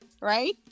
right